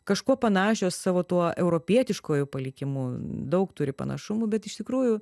kažkuo panašios savo tuo europietiškuoju palikimu daug turi panašumų bet iš tikrųjų